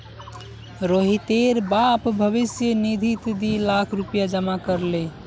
रोहितेर बाप भविष्य निधित दी लाख रुपया जमा कर ले